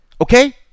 okay